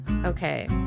Okay